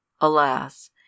Alas